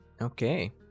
Okay